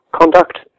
conduct